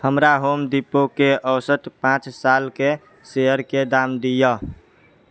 हमरा होम डिपोके औसत पांँच सालके शेयरके दाम दिअऽ